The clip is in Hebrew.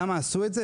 למה עשו את זה?